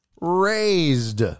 raised